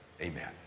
Amen